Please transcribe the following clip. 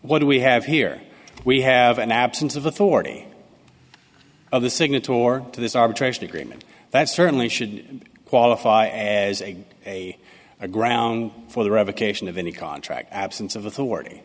what we have here we have an absence of authority of the signatory to this arbitration agreement that certainly should qualify as a a a ground for the revocation of any contract absence of authority